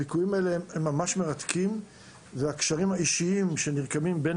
הביקורים האלה ממש מרתקים והקשרים האישיים שנרקמים בין